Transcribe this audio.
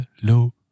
Hello